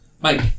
Mike